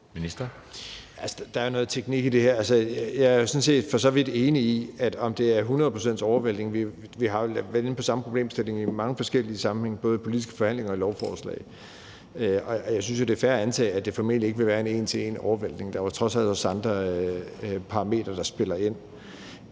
set for så vidt enig i, at i spørgsmålet om, om det er 100 pct. overvæltning – vi har jo været inde på samme problemstilling i mange forskellige sammenhænge både i politiske forhandlinger og i lovforslaget – er det fair at antage, at det formentlig ikke vil være en en til en-overvæltning, for der er trods alt også andre parametre, der spiller ind.